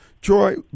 Troy